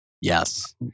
Yes